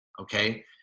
okay